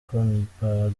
umunyamerika